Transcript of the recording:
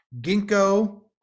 ginkgo